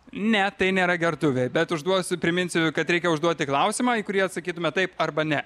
ne tai nėra gertuvė bet užduosiu priminsiu kad reikia užduoti klausimą į kurį atsakytume taip arba ne